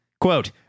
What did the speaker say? Quote